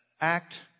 act